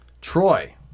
Troy